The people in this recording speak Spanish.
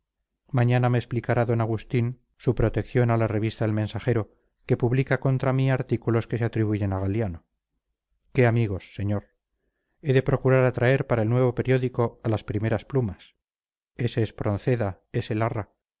mañana me explicará d agustín su protección a la revista el mensajero que publica contra mí artículos que se atribuyen a galiano qué amigos señor he de procurar atraer para el nuevo periódico a las primeras plumas ese espronceda ese larra